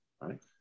Right